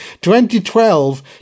2012